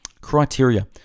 Criteria